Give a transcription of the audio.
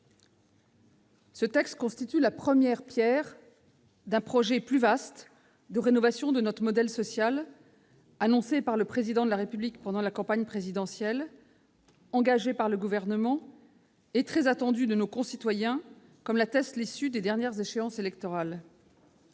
Ce texte constitue la première pierre d'un projet plus vaste de rénovation de notre modèle social, annoncé par le Président de la République pendant la campagne présidentielle, engagé par le Gouvernement et très attendu par nos concitoyens, comme en atteste l'issue des dernières échéances électorales.